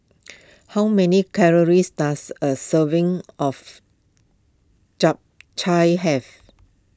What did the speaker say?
how many calories does a serving of Japchae have